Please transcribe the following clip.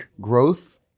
growth